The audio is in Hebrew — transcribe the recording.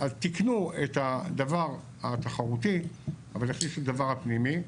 תיקנו את הדבר התחרותי אבל החלישו את הדבר הפנימי.